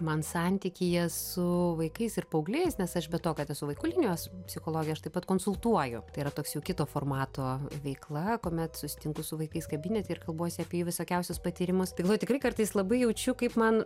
man santykyje su vaikais ir paaugliais nes aš be to kad esu vaikų linijos psichologė aš taip pat konsultuoju tai yra toks jau kito formato veikla kuomet susitinku su vaikais kabinete ir kalbuosi apie jų visokiausius patyrimus tai galvoju tikrai kartais labai jaučiu kaip man